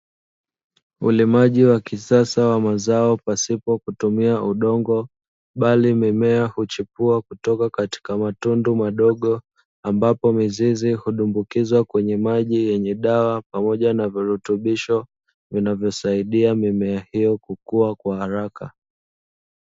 Ulimaji wa kisasa wa mazao pasipo kutumia udongo bali mimea huchipua kutoka katika matundu madogo, ambapo mizizi hudumbukizwa kwenye maji yenye dawa pamoja na virutubisho vinavyosaidia mimea hiyo kukua kwa haraka.